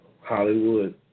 Hollywood